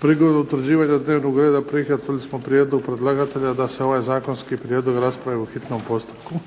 Prigodom utvrđivanja dnevnog reda prihvatili smo prijedlog predlagatelja da se ovaj Zakonski prijedlog raspravi po hitnom postupku.